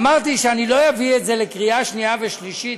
אמרתי שאני לא אביא את זה לקריאה שנייה ושלישית,